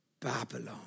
Babylon